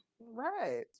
right